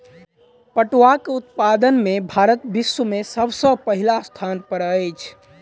पटुआक उत्पादन में भारत विश्व में सब सॅ पहिल स्थान पर अछि